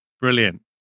Brilliant